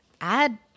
add